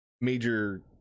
major